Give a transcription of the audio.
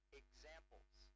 examples